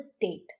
date